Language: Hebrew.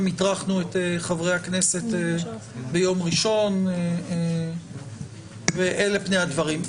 הטרחנו את חברי הכנסת ביום ראשון ואלה פני הדברים.